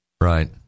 Right